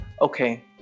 okay